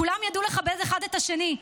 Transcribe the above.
כולם ידעו לכבד אחד את השני,